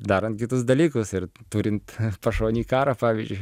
darant kitus dalykus ir turint pašonėj karą pavyzdžiui